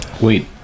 wait